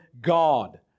God